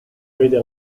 vede